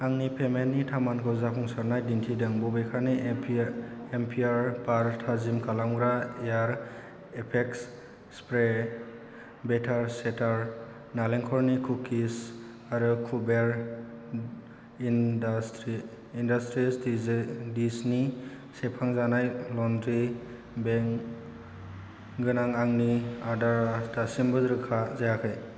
आंनि पेमेन्टनि थामानखौ जाफुंसारनाय दिन्थिदों बबेखानि एम्फियार एम्फियार बार थाजिम खालामग्रा एयार इफेक्ट्स स्प्रे बेटार चेटार नालेंखरनि कुकिस आरो कुबेर इन्डास्ट्रि इन्डास्ट्रिज दिजे दिजनि सेबखांजानाय लन्द्रि बेंक गोनां आंनि अदारा दासिमबो रोखा जायाखै